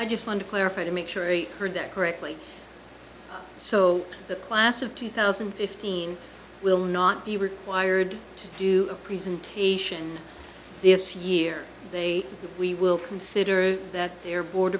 i just wondered clarify to make sure i heard that correctly so the class of two thousand and fifteen will not be required to do a presentation this year they we will consider that their board